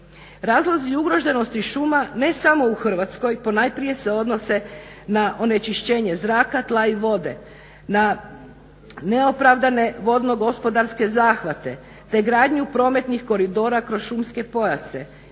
Razlozi ugroženosti šuma ne samo u Hrvatskoj ponajprije se odnose na onečišćenje zraka, tla i vode, na neopravdane vodno-gospodarske zahvate, te gradnju prometnih koridora kroz šumske pojase.